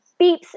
beeps